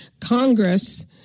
Congress